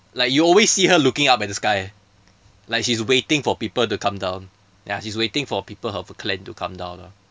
like you always see her looking up at the sky like she is waiting for people to come down ya she is waiting for people of her clan to come down ah